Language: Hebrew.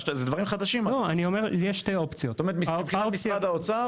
מבחינת משרד האוצר,